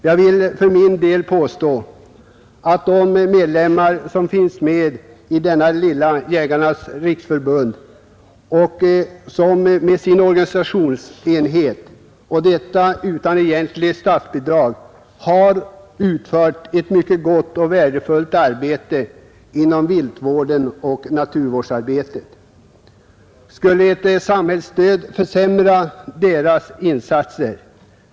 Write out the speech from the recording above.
Jag vill för min del påstå att Jägarnas riksförbund—Landsbygdens jägare med sin mindre organisation och utan egentligt statsbidrag har utfört ett mycket gott och värdefullt arbete inom viltvården och naturvårdsarbetet. Skulle ett stöd från samhället försämra organisationens insatser?